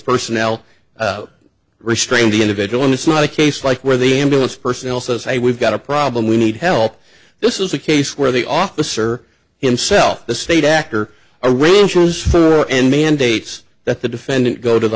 personnel restrained the individual and it's not a case like where the ambulance personnel says hey we've got a problem we need help this is a case where the officer himself the state after a rain transfer and mandates that the defendant go to the